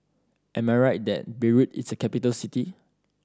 am I right that Beirut is a capital city